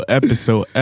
episode